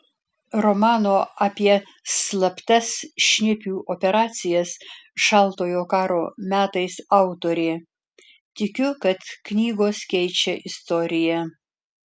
romano apie slaptas šnipių operacijas šaltojo karo metais autorė tikiu kad knygos keičia istoriją